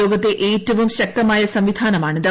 ലോകത്തെ ഏറ്റവും ശക്തമായ സംവിധാനമാണിത്